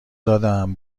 دادم